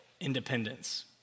independence